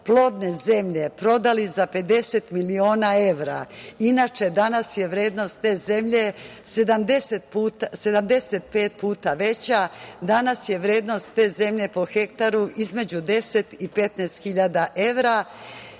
plodne zemlje prodali za 50 miliona evra, inače, danas je vrednost te zemlje 75 puta veća, danas je vrednost te zemlje po hektaru između 10 i 15 hiljada evra,